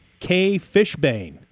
KFishbane